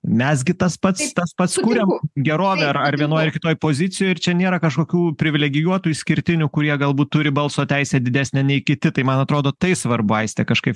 mes gi tas pats tas pats kuriam gerovę ar ar vienoj ar kitoj pozicijoj ir čia nėra kažkokių privilegijuotų išskirtinių kurie galbūt turi balso teisę didesnę nei kiti tai man atrodo tai svarbu aiste kažkaip